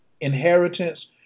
inheritance